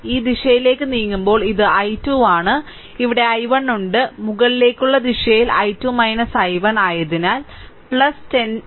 ഈ ദിശയിലേക്ക് നീങ്ങുമ്പോൾ ഇത് i2 ആണ് ഇവിടെ i1 ഉണ്ട് മുകളിലേക്കുള്ള ദിശയിൽ i2 i1 അതിനാൽ 10 i2 i1 0